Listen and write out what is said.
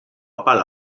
apal